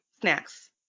snacks